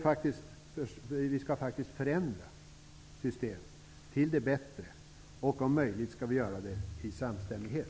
Vi skall ju faktiskt förändra systemet till det bättre, och om möjligt i samstämmighet.